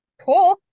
cool